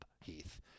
Heath